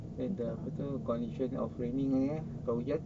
then the apa tu condition of raining eh kalau hujan